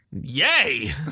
Yay